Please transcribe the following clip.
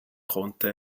konnte